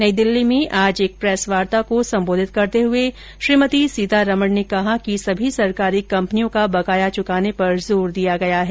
नई दिल्ली में आज एक प्रेस वार्ता को संबोधित करते हुए श्रीमती सीतारमण ने कहा कि सभी सरकारी कम्पनियों का बकाया चुकाने पर जोर दिया गया है